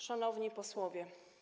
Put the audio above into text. Szanowni Posłowie!